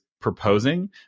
proposing